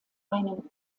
einen